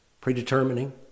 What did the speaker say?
predetermining